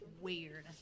Weird